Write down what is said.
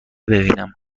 ببینم